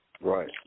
Right